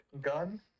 gun